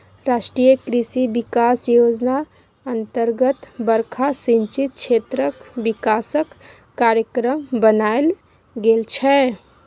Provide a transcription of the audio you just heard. राष्ट्रीय कृषि बिकास योजना अतर्गत बरखा सिंचित क्षेत्रक बिकासक कार्यक्रम बनाएल गेल छै